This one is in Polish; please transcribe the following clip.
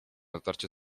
dotarcie